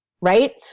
right